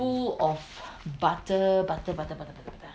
full of butter butter butter butter